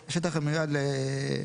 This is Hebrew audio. של המדינה למימוש.